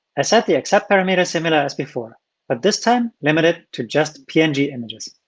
i set the accept parameters similar as before but this time limited to just png images.